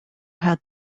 had